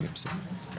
אוקיי, בסדר.